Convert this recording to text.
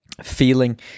feeling